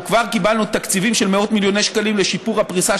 אנחנו כבר קיבלנו תקציבים של מאות-מיליוני שקלים לשיפור הפריסה